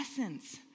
essence